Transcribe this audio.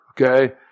okay